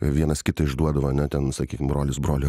vienas kito išduodavo ane ten sakykim bronis brolį